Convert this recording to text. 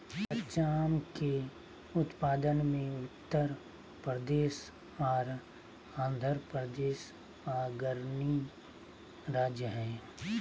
कच्चा आम के उत्पादन मे उत्तर प्रदेश आर आंध्रप्रदेश अग्रणी राज्य हय